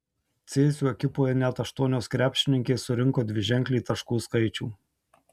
cėsių ekipoje net aštuonios krepšininkės surinko dviženklį taškų skaičių